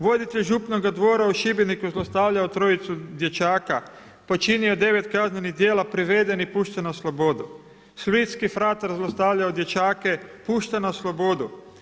Voditelj župnoga dvora u Šibeniku zlostavljaju trojicu dječaka, počinio devet kaznenih djela priveden i pušten na slobodu, splitski fratar zlostavljao dječake pušten na slobodu.